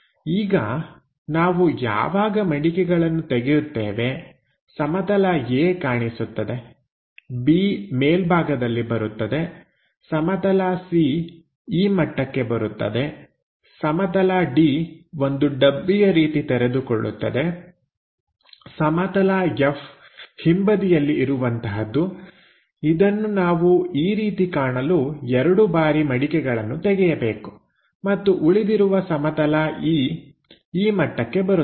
ಈಗ ನಾವು ಯಾವಾಗ ಮಡಿಕೆಗಳನ್ನು ತೆಗೆಯುತ್ತೇವೆ ಸಮತಲ A ಕಾಣಿಸುತ್ತದೆ B ಮೇಲ್ಭಾಗದಲ್ಲಿ ಬರುತ್ತದೆ ಸಮತಲ Cಈ ಮಟ್ಟಕ್ಕೆ ಬರುತ್ತದೆ ಸಮತಲ D ಒಂದು ಡಬ್ಬಿಯ ರೀತಿ ತೆರೆದುಕೊಳ್ಳುತ್ತದೆ ಸಮತಲ F ಹಿಂಬದಿಯಲ್ಲಿ ಇರುವಂತಹದು ಇದನ್ನು ನಾವು ಈ ರೀತಿ ಕಾಣಲು ಎರಡು ಬಾರಿ ಮಡಿಕೆಗಳನ್ನು ತೆಗೆಯಬೇಕು ಮತ್ತು ಉಳಿದಿರುವ ಸಮತಲ E ಈ ಮಟ್ಟಕ್ಕೆ ಬರುತ್ತದೆ